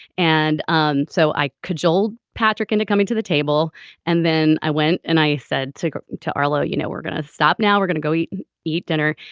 and um so i cajoled patrick into coming to the table and then i went and i said to to arlo you know we're gonna stop now we're gonna go eat eat dinner.